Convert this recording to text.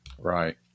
Right